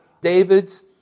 David's